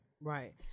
right